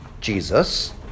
Jesus